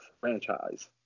franchise